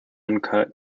uncut